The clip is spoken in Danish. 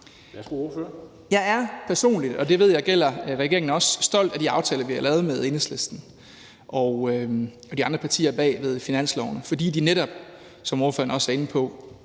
Jeg er personligt, og det ved jeg også gælder regeringen, stolt af de aftaler, vi har lavet med Enhedslisten og de andre partier bag finansloven, fordi de netop, som ordføreren også var inde på,